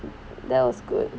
that was good